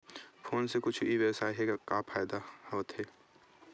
Phone से कुछु ई व्यवसाय हे फ़ायदा होथे?